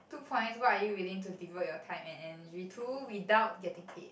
two points what are you willing to devote your time and energy to without getting paid